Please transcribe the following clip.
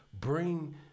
bring